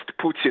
Putin